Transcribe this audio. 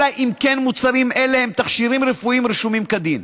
אלא אם כן מוצרים אלה הם תכשירים רפואיים רשומים כדין.